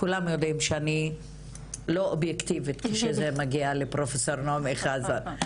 כולם יודעים שאני לא אובייקטיבית כשזה מגיע לפרופסור נעמי חזן,